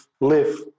live